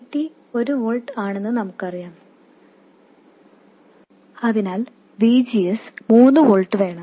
VT ഒരു volt ആണെന്ന് നമുക്കറിയാം അതിനാൽ VGS 3 വോൾട്ട് വേണം